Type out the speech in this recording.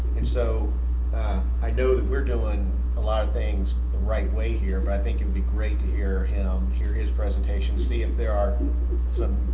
and so i know that we're doing a lot of things the right way here but i think it would be great to hear him hear his presentation. see if there are some